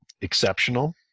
exceptional